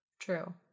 true